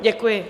Děkuji.